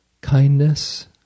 kindness